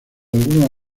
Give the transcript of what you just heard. algunos